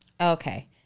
Okay